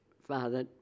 father